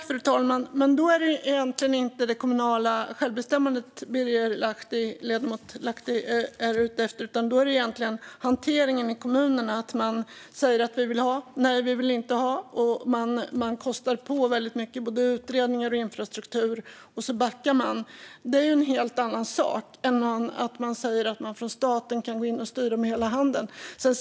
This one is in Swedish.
Fru talman! Då är det inte det kommunala självbestämmandet som ledamoten Lahti är ute efter. Det är egentligen hanteringen ute i kommunen. Den säger: Vi vill ha. Sedan säger den: Vi vill inte ha. Man kostar på väldigt mycket i både utredningar och infrastruktur, och sedan backar man. Det är en helt annan sak än att man säger att man från staten kan gå in och styra med hela handen.